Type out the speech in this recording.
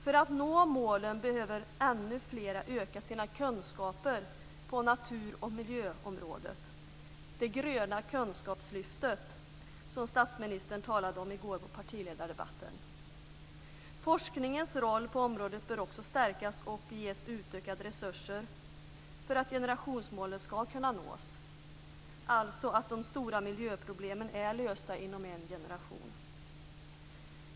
För att nå målen behöver ännu fler öka sina kunskaper på natur och miljöområdet - det gröna kunskapslyftet, som statsministern talade om i går i partiledardebatten. Dessutom bör forskningens roll på området stärkas och forskningen ges utökade resurser för att generationsmålet ska kunna nås, dvs. att de stora miljöproblemen ska vara lösta inom en generation.